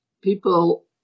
people